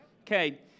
Okay